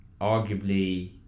arguably